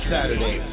Saturday